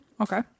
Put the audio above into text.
okay